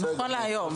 נכון להיום.